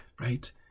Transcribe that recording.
right